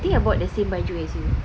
I think I bought the same baju as you